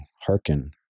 hearken